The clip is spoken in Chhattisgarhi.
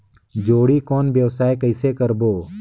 जोणी कौन व्यवसाय कइसे करबो?